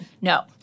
No